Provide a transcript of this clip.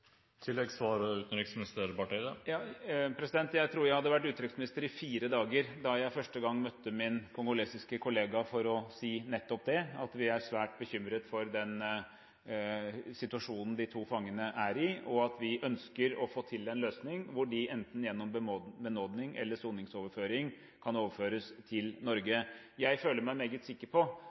Jeg tror jeg hadde vært utenriksminister i fire dager da jeg første gang møtte min kongolesiske kollega for å si nettopp det, at vi er svært bekymret over den situasjonen de to fangene er i, og at vi ønsker å få til en løsning, hvor de – gjennom enten benådning eller soningsoverføring – kan overføres til Norge. Jeg føler meg meget sikker på